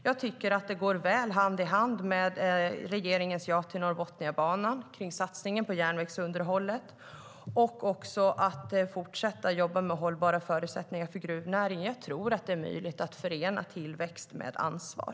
Jag tycker att den går väl hand i hand med regeringens ja till Norrbotniabanan, satsningen på järnvägsunderhållet och ett fortsatt arbete med hållbara förutsättningar för gruvnäringen. Jag tror att det är möjligt att förena tillväxt med ansvar.